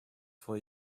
for